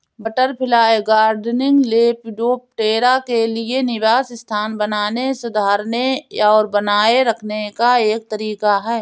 butterfly gardening, lepidoptera के लिए निवास स्थान बनाने, सुधारने और बनाए रखने का एक तरीका है